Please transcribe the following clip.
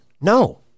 No